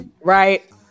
Right